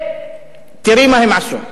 תראי מה הם עשו: